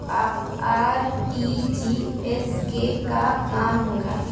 RTGS के का काम होला?